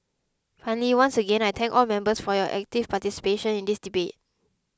finally once again I thank all members for your active participation in this debate